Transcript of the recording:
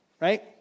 right